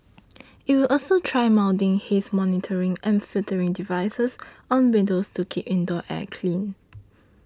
it will also try mounting haze monitoring and filtering devices on windows to keep indoor air clean